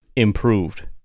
improved